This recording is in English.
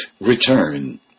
return